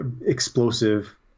explosive